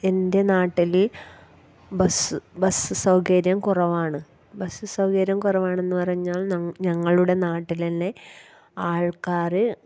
എൻ്റെ നാട്ടില് bus bus സൗകര്യം കുറവാണ് ബസ്സ് സൗകര്യം കുറവാണെന്ന് പറഞ്ഞാൽ ഞങ്ങളുടെ നാട്ടിൽ തന്നെ ആൾക്കാര്